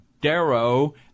Darrow